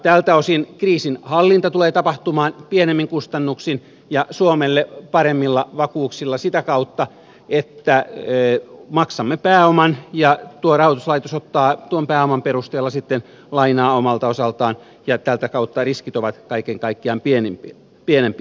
tältä osin kriisin hallinta tulee tapahtumaan pienemmin kustannuksin ja suomelle paremmilla vakuuksilla sitä kautta että maksamme pääoman ja tuo rahoituslaitos ottaa tuon pääoman perusteella sitten lainaa omalta osaltaan ja tätä kautta riskit ovat kaiken kaikkiaan pienempiä